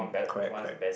correct correct